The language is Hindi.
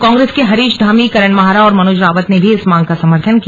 कांग्रेस के हरीश धामी करण माहरा और मनोज रावत ने भी इस मांग का समर्थन किया